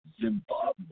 Zimbabwe